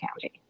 county